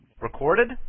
Recorded